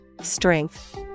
strength